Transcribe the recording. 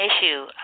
issue